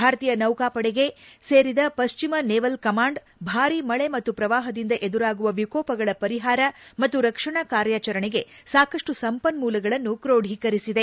ಭಾರತೀಯ ನೌಕಾಪಡೆಗೆ ಸೌಕಾಪಡೆಗೆ ಸೇರಿದ ಪಶ್ಚಿಮ ನೇವಲ್ ಕಮಾಂಡ್ ಭಾರಿ ಮಳೆ ಮತ್ತು ಪ್ರವಾಪದಿಂದ ಎದುರಾಗುವ ವಿಕೋಪಗಳ ಪರಿಪಾರ ಮತ್ತು ರಕ್ಷಣಾ ಕಾರ್ಯಾಚರಣೆಗೆ ಸಾಕಷ್ಟು ಸಂಪನ್ಮೂಲಗಳನ್ನು ಕ್ರೂಢೀಕರಿಸಿದೆ